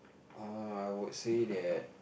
orh I would say that